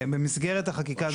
במסגרת החקיקה הזאת.